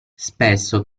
spesso